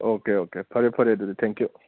okay okay ꯐꯔꯦ ꯐꯔꯦ ꯑꯗꯨꯗꯤ ꯊꯦꯡꯛ ꯌꯨ